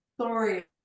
Sorry